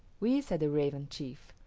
we, said the raven chief,